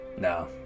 No